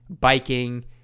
biking